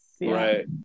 Right